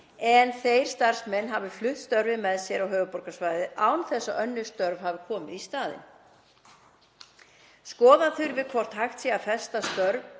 en þeir starfsmenn hafi flutt störfin með sér á höfuðborgarsvæðið án þess að önnur störf hafi komið í staðinn. Skoða þurfi hvort hægt sé að festa störf